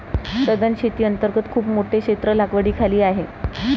सधन शेती अंतर्गत खूप मोठे क्षेत्र लागवडीखाली आहे